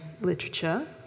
literature